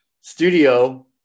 studio